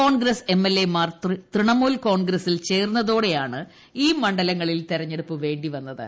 Congress MLA മാർ തൃണമൂൽ കോൺഗ്രസിൽ ചേർന്നതോടെയാണ് ഈ മണ്ഡലങ്ങളിൽ തെരഞ്ഞെടുപ്പ് വേണ്ടി വന്നത്